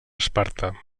esparta